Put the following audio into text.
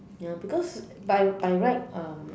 ya because by by right um